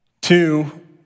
Two